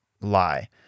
lie